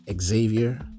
Xavier